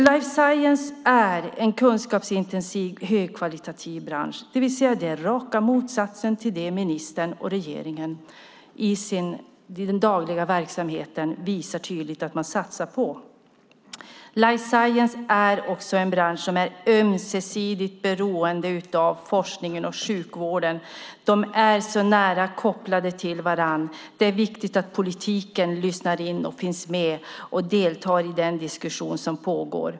Life science är en kunskapsintensiv, högkvalitativ bransch, det vill säga raka motsatsen till det ministern och regeringen i sin dagliga verksamhet visar tydligt att man satsar på. Life science är också en bransch som är ömsesidigt beroende av forskningen och sjukvården. De är nära kopplade till varandra. Det är viktigt att politiken lyssnar in, finns med och deltar i den diskussion som pågår.